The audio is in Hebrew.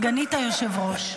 סגנית היושב-ראש.